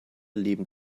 leben